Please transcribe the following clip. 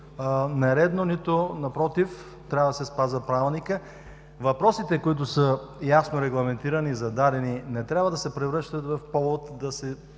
няма нищо нередно, трябва да се спазва Правилникът. Въпросите, които са ясно регламентирани и зададени, не трябва да се превръщат в повод да се